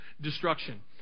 destruction